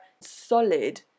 solid